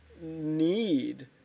need